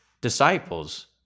disciples